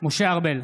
משה ארבל,